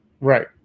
Right